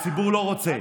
הציבור לא רוצה.